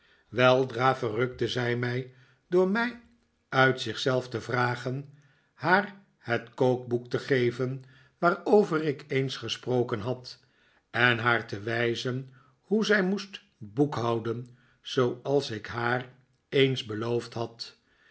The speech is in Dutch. weldra verrukte zij mij door mij uit zich zelf te vragen haar het kookboek te geven waarover ik eens gesproken had en haar te wijzen hoe zij moest boekhouden zooals ik haar eens beloofd had